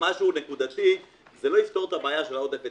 משהו נקודתי זה לא יפתור את הבעיה של עודף ההיצע.